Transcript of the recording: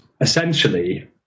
essentially